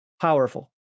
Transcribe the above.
powerful